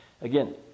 Again